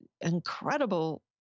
incredible